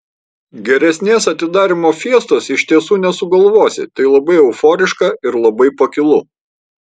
geresnės atidarymo fiestos iš tiesų nesugalvosi tai labai euforiška ir labai pakilu